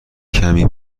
کمی